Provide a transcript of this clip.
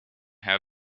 how